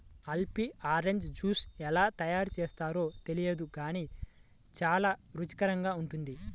pulpy orange juice ఎలా తయారు చేస్తారో తెలియదు గానీ చాలా రుచికరంగా ఉంటుంది